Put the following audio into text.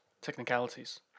technicalities